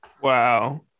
Wow